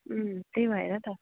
त्यही भएर त